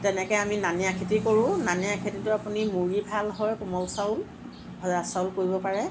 তেনেকৈ আমি নানিয়া খেতি কৰো নানিয়া খেতিটো আপুনি মুৰী ভাল হয় কোমল চাউল ভজা চাউল কৰিব পাৰে